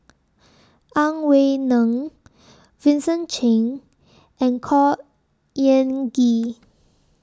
Ang Wei Neng Vincent Cheng and Khor Ean Ghee